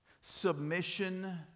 submission